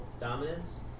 dominance